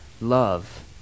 Love